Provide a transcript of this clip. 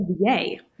yay